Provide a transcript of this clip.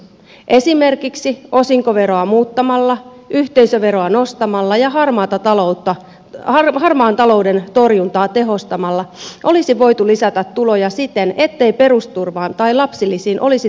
esimerkiksi osinkoveroa muuttamalla yhteisöveroa nostamalla ja harmaan talouden torjuntaa tehostamalla olisi voitu lisätä tuloja siten ettei perusturvaan tai lapsilisiin olisi tarvinnut koskea